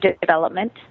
development